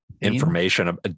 information